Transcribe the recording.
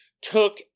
took